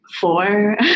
four